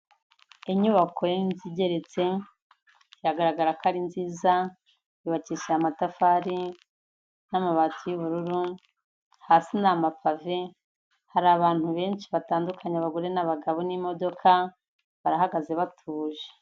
Inyubako y'inzu igeretse, iragaragara ko ari nziza, yubakishije amatafari n'amabati y'ubururu, hasi ni amapave, hari abantu benshi batandukanye abagore n'abagabo n'imodoka barahagaze batuje.